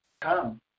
come